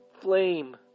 flame